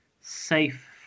safe